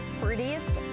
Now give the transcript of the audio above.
prettiest